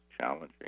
challenging